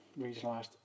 regionalised